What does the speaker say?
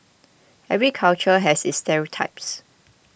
every culture has its stereotypes